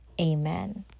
amen